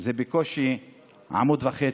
זה בקושי עמוד וחצי.